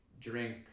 drink